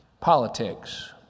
politics